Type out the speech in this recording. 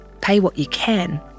pay-what-you-can